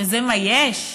שזה מה יש?